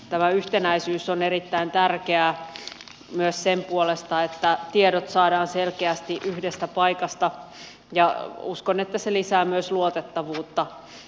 tämä yhtenäisyys on erittäin tärkeää myös sen puolesta että tiedot saadaan selkeästi yhdestä paikasta ja uskon että se lisää myös luotettavuutta